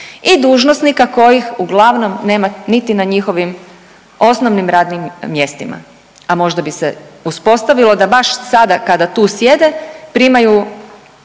i dužnosnika uglavnom nema niti na njihovim osnovnim radnim mjestima, a možda bi se uspostavilo da baš sada kada tu sjede, primaju